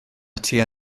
tua